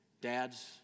dads